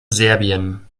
serbien